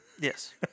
Yes